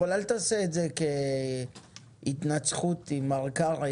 אבל אל תעשה את זה כהתנצחות עם מר קרעי,